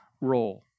role